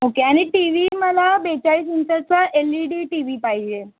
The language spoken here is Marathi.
ओके आणि टी व्ही मला बेचाळीस इंचाचा L E D T V पाहिजे